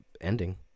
ending